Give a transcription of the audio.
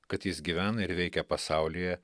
kad jis gyvena ir veikia pasaulyje